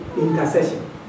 intercession